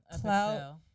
Cloud